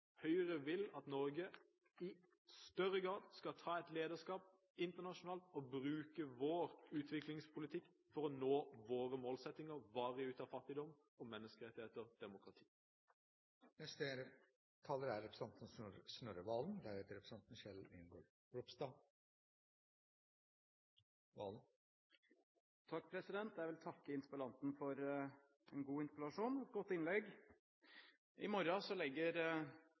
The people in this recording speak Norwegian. Høyre vil at Norge i større grad skal ta et lederskap internasjonalt og bruke vår utviklingspolitikk for å nå våre målsettinger: varig ut av fattigdom, menneskerettigheter og demokrati. Jeg vil takke interpellanten for en god interpellasjon og et godt innlegg. I morgen legger statsråd Heikki Eidsvoll Holmås fram stortingsmeldingen om rettferdig fordeling i utviklingspolitikken. Det handler så